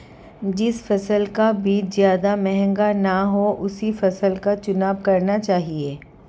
जिस फसल का बीज ज्यादा महंगा ना हो उसी फसल का चुनाव करना चाहिए